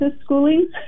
schooling